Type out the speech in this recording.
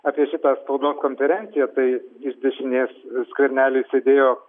apie šitą spaudos konferenciją tai iš dešinės skverneliui sedėjo